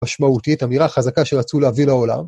משמעותית אמירה חזקה שרצו להביא לעולם.